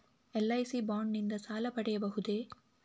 LIC bond ನಿಂದ ಸಾಲ ಪಡೆಯಬಹುದೇ?